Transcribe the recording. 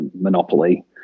monopoly